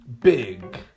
big